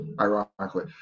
ironically